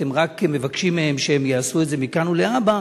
ואתם רק מבקשים מהם שהם יעשו את זה מכאן ולהבא,